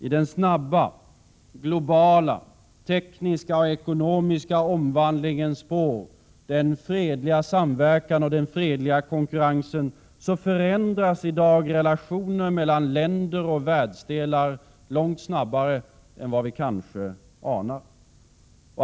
I den snabba globala tekniska och ekonomiska omvandlingens spår — den fredliga samverkan och den fredliga konkurrensen — förändras i dag relationer mellan länder och världsdelar långt snabbare än vad vi kanske anar.